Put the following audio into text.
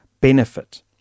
benefit